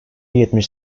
yetmiş